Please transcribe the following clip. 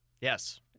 Yes